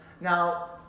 Now